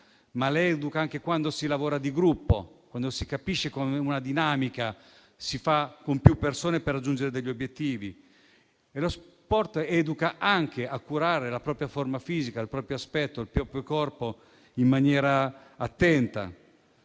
ma le educa anche quando si lavora in gruppo, quando si capisce che una dinamica si fa con più persone per raggiungere degli obbiettivi. Lo sport educa anche a curare la propria forma fisica, il proprio aspetto, il proprio corpo in maniera attenta